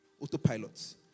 Autopilot